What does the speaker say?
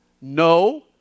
no